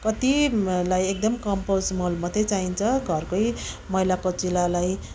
कतिलाई एकदम कम्पोस्ट मल मात्रै चाहिन्छ घरकै मैलाकुचेलालाई